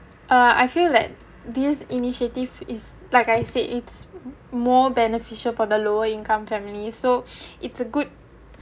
uh I feel that this initiative is like I said it's more beneficial for the lower income families so it's a good